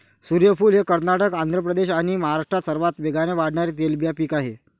सूर्यफूल हे कर्नाटक, आंध्र प्रदेश आणि महाराष्ट्रात सर्वात वेगाने वाढणारे तेलबिया पीक आहे